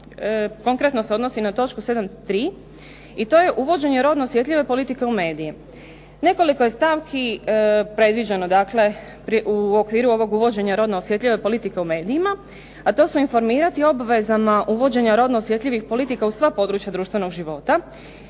Konkretno se odnosi na točku 73. i to je uvođenje rodno osjetljive politike u medije. Nekoliko je stavki predviđeno, dakle u okviru ovog uvođenja rodno osjetljive politike u medijima, a to se informirati o obvezama uvođenja rodno osjetljivih politika u sva područja društvenog života.